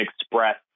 express